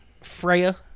Freya